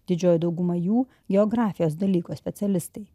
didžioji dauguma jų geografijos dalyko specialistai